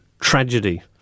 tragedy